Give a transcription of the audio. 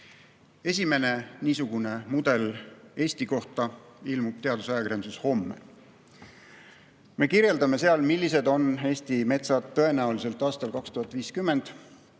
niisugune mudel Eesti kohta ilmub teadusajakirjanduses homme. Me kirjeldame seal, millised on Eesti metsad tõenäoliselt aastal 2050,